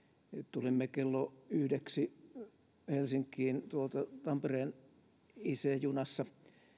tulimme kello yhdeksi helsinkiin tampereen ic junassa